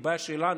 היא בעיה שלנו,